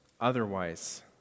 otherwise